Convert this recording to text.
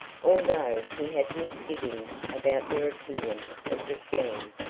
although he had misgivings about their opinion of the scheme,